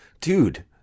dude